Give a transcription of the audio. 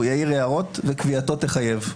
הוא יעיר הערות וקביעתו תחייב.